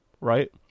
Right